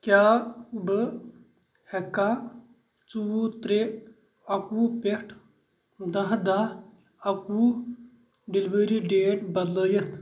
کیٛاہ بہٕ ہٮ۪کا ژوٚوُہ ترٛےٚ اَکوُہ پٮ۪ٹھ دہ دہ اَکوُہ ڈیلیوری ڈیٹ بدلٲیِتھ